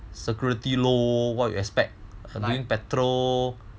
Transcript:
security loh what you expect like doing patrol